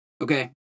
Okay